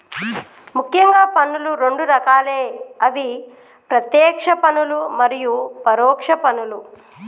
ముఖ్యంగా పన్నులు రెండు రకాలే అవి ప్రత్యేక్ష పన్నులు మరియు పరోక్ష పన్నులు